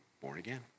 born-again